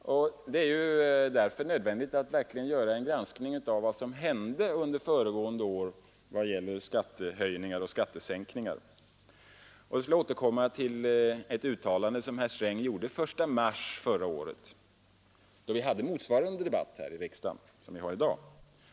Därför är det nödvändigt att göra en granskning av vad som verkligen hände under föregående år i vad gäller skattehöjningar och skattesänkningar. Jag skulle vilja återkomma till ett uttalande som herr Sträng gjorde den 1 mars förra året, då vi här i riksdagen hade motsvarande debatt som i dag.